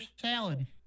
salad